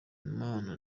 imana